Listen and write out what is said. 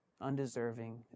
undeserving